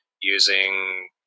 using